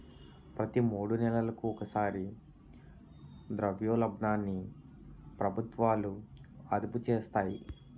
ప్రతి మూడు నెలలకు ఒకసారి ద్రవ్యోల్బణాన్ని ప్రభుత్వాలు అదుపు చేస్తాయి